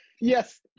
Yes